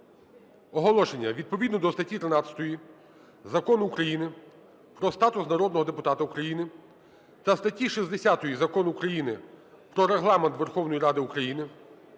оголошення. Відповідно до статті 13 Закону України "Про статус народного депутата України" та статті 60 Закону України "Про Регламент Верховної Ради України"